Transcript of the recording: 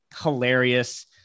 hilarious